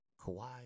Kawhi